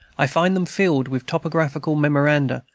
i find them filled with topographical memoranda,